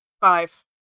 Five